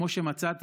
כמו שמצאת